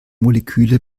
moleküle